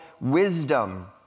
wisdom